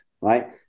right